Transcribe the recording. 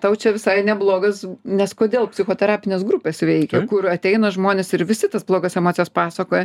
tau čia visai neblogas nes kodėl psichoterapinės grupės veikia kur ateina žmonės ir visi tas blogas emocijas pasakoja